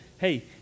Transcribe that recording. hey